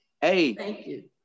hey